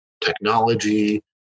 technology